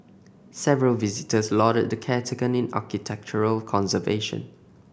several visitors lauded the care taken in architectural conservation